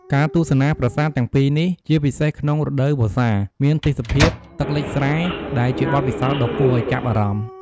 ការទស្សនាប្រាសាទទាំងពីរនេះ ជាពិសេសក្នុងរដូវវស្សា មានទេសភាព ទឹកលិចស្រែ ដែលជាបទពិសោធន៍ដ៏គួរឱ្យចាប់អារម្មណ៍។